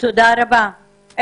תודה רבה.